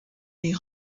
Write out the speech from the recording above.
les